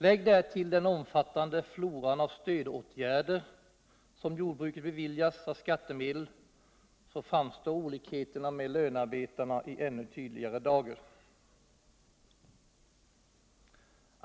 Lägg därtill den omfattande floran av stödåtgärder som jordbruket beviljas av skattemedel, så framstår olikheterna med lönearbetarna i ännu tydligare dager.